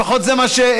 לפחות זה מה,